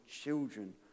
children